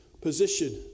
position